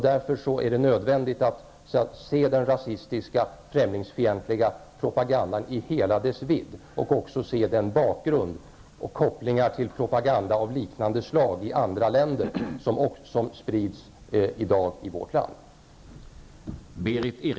Därför är det nödvändigt att se den rasistiska, främlingsfientliga propaganda som i dag sprids i vårt land i hela dess vidd och också se kopplingar till propaganda av liknande slag i andra länder.